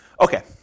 Okay